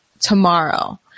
tomorrow